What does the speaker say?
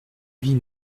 huit